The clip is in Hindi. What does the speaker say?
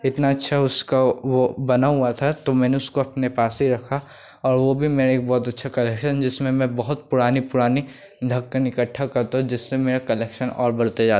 इतना अच्छा उसका वह बना हुआ था तो मैंने उसको अपने पास ही रखा और वह भी मेरा एक बहुत अच्छा कलेक्शन है जिसमें मैं बहुत पुराने पुराने ढक्कन इकट्ठा करता हूँ जिससे मेरा कलेक्शन और बढ़ते जाता है